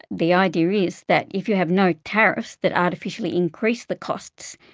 the idea is that if you have no tariffs that artificially increase the costs,